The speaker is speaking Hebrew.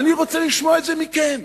ואני רוצה לשמוע את זה מכם.